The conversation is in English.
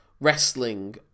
wrestling